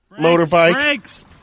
motorbike